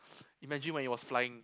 imagine when it was flying